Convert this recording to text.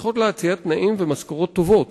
צריכות להציע תנאים ומשכורות טובות